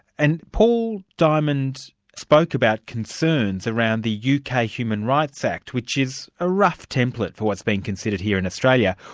and paul diamond spoke about concerns around the uk ah human rights act, which is a rough template for what's being considered here in australia.